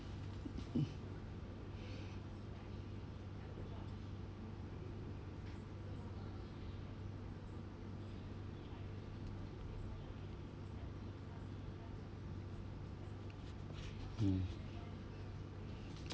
mm